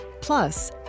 Plus